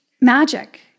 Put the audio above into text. magic